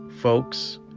folks